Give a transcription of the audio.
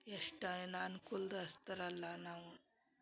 ಎಷ್ಟೇನು ಅನುಕೂಲ್ದಸ್ತರಲ್ಲ ನಾವು